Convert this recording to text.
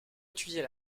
étudier